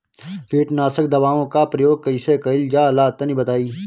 कीटनाशक दवाओं का प्रयोग कईसे कइल जा ला तनि बताई?